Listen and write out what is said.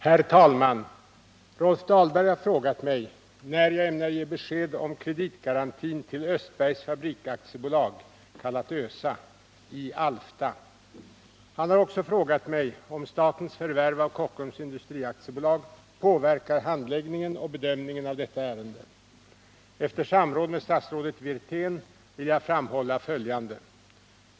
Herr talman! Rolf Dahlberg har frågat mig när jag ämnar ge besked om kreditgarantin till Östbergs Fabriks AB i Alfta. Han har också frågat mig om statens förvärv av Kockums Industri AB påverkar handläggningen och bedömningen av detta ärende. Efter samråd med statsrådet Wirtén vill jag framhålla följande.